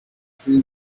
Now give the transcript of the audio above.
free